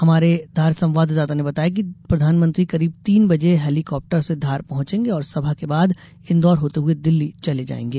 हमारे धार संवाददाता ने बताया कि प्रधानमंत्री करीब तीन बजे हेलीकॉप्टर से धार पहुंचेंगे और सभा के बाद इंदौर होते हुये दिल्ली चले जायेंगे